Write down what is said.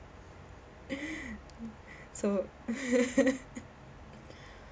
so